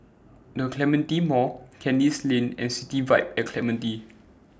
The Clementi Mall Kandis Lane and City Vibe At Clementi